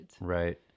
Right